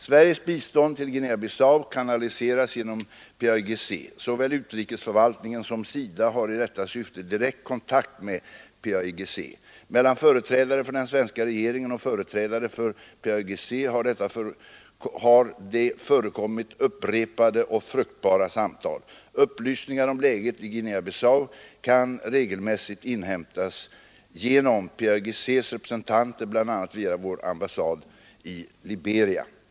Sveriges bistånd till Guinea-Bissau kanaliseras genom PAIGC. Såväl utrikesförvaltningen som SIDA har i detta syfte direkt kontakt med PAIGC. Mellan företrädare för den svenska regeringen och företrädare för PA IGC har det förekommit upprepade och fruktbara samtal. Upplysningar om läget i Guinea-Bissau kan regelmässigt inhämtas genom PAIGC:s representanter, bl.a. via vår ambassad i Liberia.